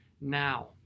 now